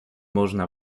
można